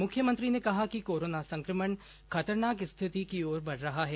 मुख्यमंत्री ने कहा कि कोरोना संक्रमण खतरनाक स्थिति की ओर बढ़ रहा है